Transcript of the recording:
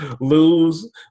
lose